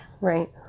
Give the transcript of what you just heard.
Right